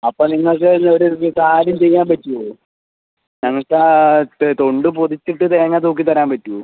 അപ്പോൾ നിങ്ങൾക്ക് ഇന്ന് ഒര് കാര്യം ചെയ്യാൻ പറ്റുവോ നമുക്ക് ആ തൊണ്ട് പൊതിച്ചിട്ട് തേങ്ങ തൂക്കി തരാൻ പറ്റുവോ